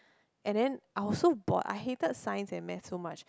and then I was so bored I hated science and math so much